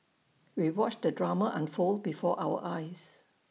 we watched the drama unfold before our eyes